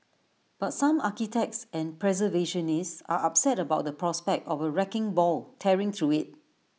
but some architects and preservationists are upset about the prospect of A wrecking ball tearing through IT